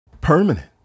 permanent